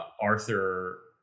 Arthur